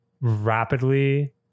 rapidly